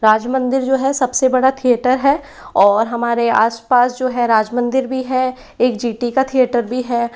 राज मंदिर जो है सबसे बड़ा थिएटर है और हमारे आस पास जो है राज मंदिर भी है एक जी टी का थिएटर भी है